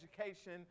education